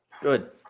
Good